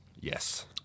Yes